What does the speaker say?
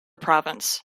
province